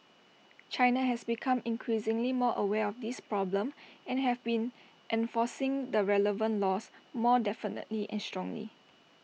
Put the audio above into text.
China has become increasingly more aware of this problem and have been enforcing the relevant laws more definitely and strongly